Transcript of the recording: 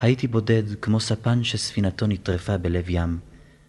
הייתי בודד כמו ספן שספינתו נטרפה בלב ים.